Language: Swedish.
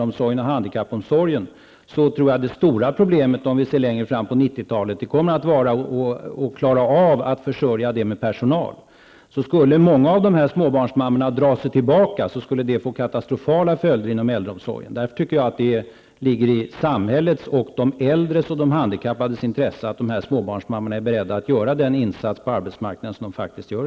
Det stora problemet längre in på 90-talet, inte minst inom äldre och handikappomsorgen, kommer att bli personalförsörjningen. Om många av dessa småbarnsmammor drog sig tillbaka, skulle följderna för äldreomsorgen bli katastrofala. Därför ligger det i samhällets, de äldres och de handikappades intressen att dessa småbarnsmammor är beredda att göra den insats på arbetsmarknaden som de i dag gör.